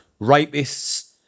rapists